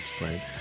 Right